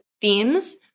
themes